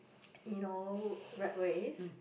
you know rat race